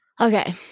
Okay